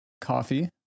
Coffee